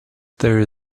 there